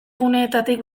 guneetatik